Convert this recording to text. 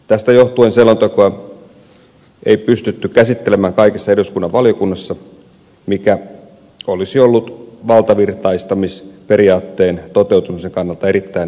tästä johtuen selontekoa ei pystytty käsittelemään kaikissa eduskunnan valiokunnissa mikä olisi ollut valtavirtaistamisperiaatteen toteutumisen kannalta erittäin tarpeellista